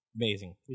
Amazing